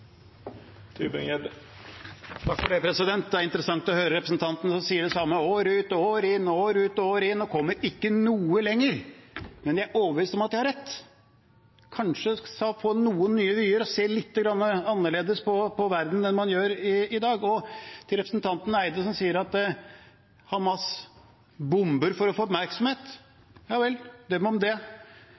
Det er interessant å høre representantene som sier det samme år ut og år inn og ikke kommer noe lenger, men er overbevist om at de har rett. Kanskje man skulle få noen nye vyer og se lite grann annerledes på verden enn man gjør i dag. Til representanten Eide, som sier at Hamas bomber for å få oppmerksomhet: Ja vel, dem om det.